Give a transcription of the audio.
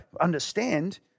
understand